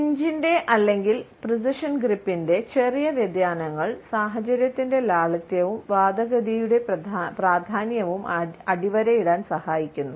പിഞ്ചിന്റെ ചെറിയ വ്യതിയാനങ്ങൾ സാഹചര്യത്തിന്റെ ലാളിത്യവും വാദഗതിയുടെ പ്രാധാന്യവും അടിവരയിടാൻ സഹായിക്കുന്നു